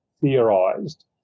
theorized